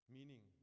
Meaning